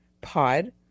Pod